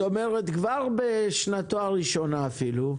זאת אומרת שכבר בשנתו הראשונה אפילו,